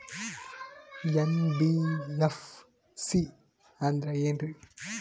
NBFC ಅಂದ್ರ ಏನ್ರೀ?